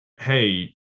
hey